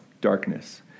Darkness